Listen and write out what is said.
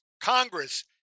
Congress